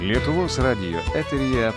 lietuvos radijo eteryje